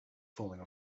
falling